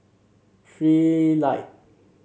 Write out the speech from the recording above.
Trilight